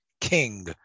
king